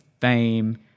fame